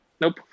nope